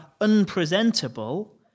unpresentable